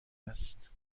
است